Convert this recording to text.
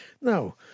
now